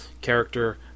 character